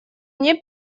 мне